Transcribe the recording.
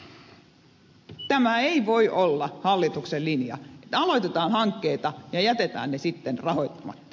tämä ei voi olla hallituksen linja että aloitetaan hankkeita ja jätetään ne sitten rahoittamatta